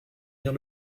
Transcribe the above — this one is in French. lire